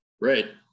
Right